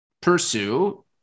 pursue